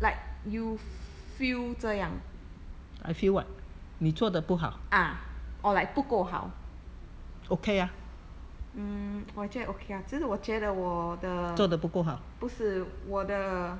like you feel 这样 ah or like 不够好 mm 我也觉得 okay 啊只是我觉得我的不是我的